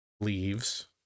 leaves